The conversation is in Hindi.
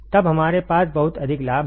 तब हमारे पास बहुत अधिक लाभ है